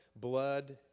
blood